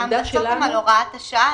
ההמלצות הן על הוראת השעה?